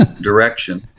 direction